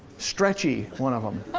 stretchy one of em?